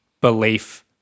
belief